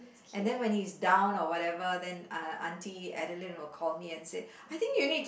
and then when he's down or whatever then uh Auntie Adeline will call me and said I think you need to